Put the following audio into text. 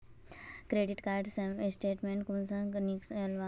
Credit card statement कुंसम करे निकलाम?